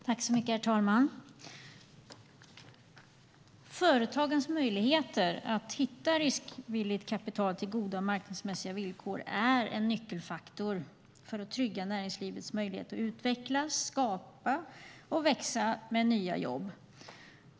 Herr talman! Företagens möjligheter att hitta riskvilligt kapital till goda marknadsmässiga villkor är en nyckelfaktor för att trygga näringslivets möjlighet att utvecklas, växa och skapa nya jobb.